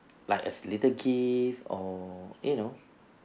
like as little gift or you know